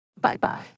Bye-bye